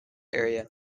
area